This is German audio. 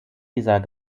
dieser